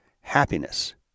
Happiness